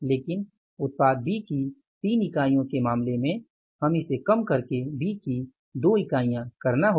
लेकिन उत्पाद B की 3 इकाइयों के मामले में हमें इसे कम करके B की 2 इकाइयाँ करना होगा